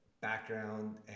background